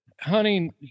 hunting